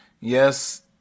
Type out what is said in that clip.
Yes